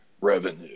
revenue